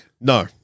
no